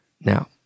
Now